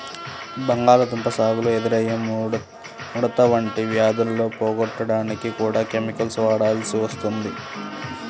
బంగాళాదుంప సాగులో ఎదురయ్యే ముడత వంటి వ్యాధులను పోగొట్టడానికి కూడా కెమికల్స్ వాడాల్సి వస్తుంది